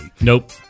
Nope